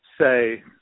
say